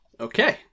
Okay